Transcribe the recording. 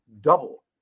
Double